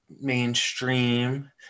mainstream